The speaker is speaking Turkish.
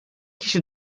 kişi